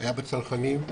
היה בצנחנים,